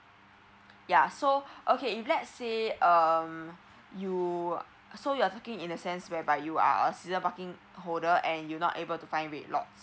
ya so okay if let's say um you so you're talking in a sense whereby you are a season parking holder and you not able to find with lot